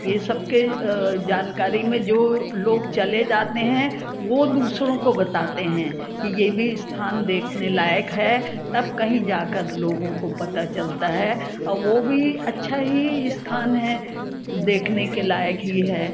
ये सब की जानकारी में जो लोग चले जाते हैं वो दूसरों को बताते हैं कि ये भी स्थान देखने लायक़ है तब कहीं जा कर लोगों को पता चलता है और वो भी अच्छा ही स्थान है देखने के लायक़ ही है